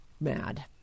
mad